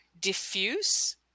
diffuse